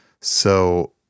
so-